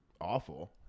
awful